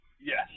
Yes